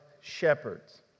shepherds